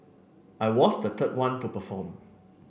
I was the third one to perform